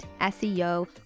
SEO